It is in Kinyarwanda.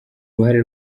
ruhare